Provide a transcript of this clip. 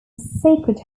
sacred